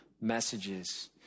messages